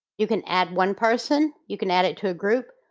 you can add one person, you can add it to a group,